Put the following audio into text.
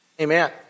Amen